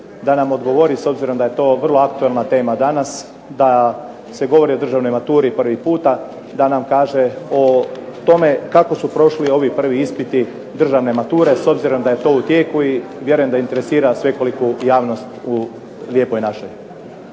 da nam odgovori s obzirom da je to vrlo aktualna tema danas da se govori o državnoj maturi prvi puta da nam kaže o tome kako su prošli ovi prvi ispiti državne mature s obzirom da je to u tijeku i vjerujem da interesira svekoliku javnost u Lijepoj našoj.